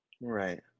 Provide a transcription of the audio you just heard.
Right